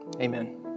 Amen